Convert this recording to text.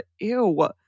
Ew